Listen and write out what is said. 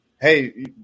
hey